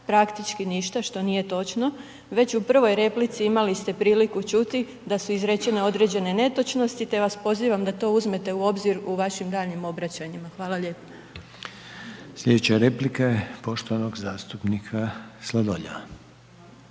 praktički ništa što nije točno. Već u prvoj replici imali ste priliku čuti da su izrečene određene netočnosti te vas pozivam da to uzmete u obzir u vašim daljnjim obraćanjima. Hvala lijepa. **Reiner, Željko (HDZ)** Sljedeća replika je poštovanog zastupnika Sladoljeva.